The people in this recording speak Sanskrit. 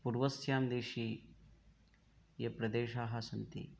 पूर्वस्यां दिशि ये प्रदेशाः सन्ति